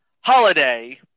Holiday